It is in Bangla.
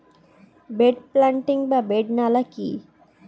বেড প্লান্টিং বা বেড নালা কি?